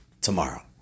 tomorrow